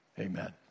amen